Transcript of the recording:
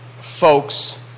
folks